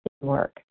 work